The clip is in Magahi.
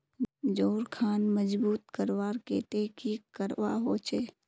जोड़ खान मजबूत करवार केते की करवा होचए?